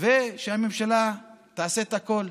ושהממשלה תעשה את הכול.